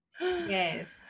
Yes